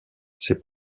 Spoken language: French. ses